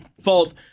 fault